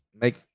Make